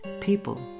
people